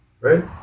right